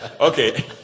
Okay